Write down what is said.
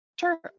Sure